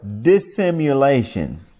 dissimulation